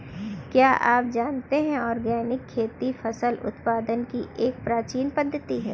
क्या आप जानते है ऑर्गेनिक खेती फसल उत्पादन की एक प्राचीन पद्धति है?